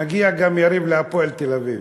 נגיע גם, יריב, ל"הפועל תל-אביב".